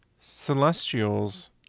celestials